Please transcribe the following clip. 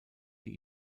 die